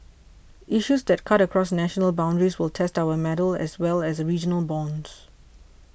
issues that cut across national boundaries will test our mettle as well as regional bonds